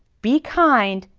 be kind,